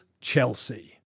Chelsea